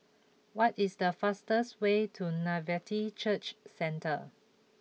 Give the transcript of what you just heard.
what is the fastest way to Nativity Church Centre